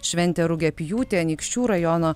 šventė rugiapjūtė anykščių rajono